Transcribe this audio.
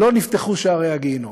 לא נפתחו שערי הגיהינום.